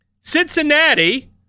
Cincinnati